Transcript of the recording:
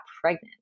pregnant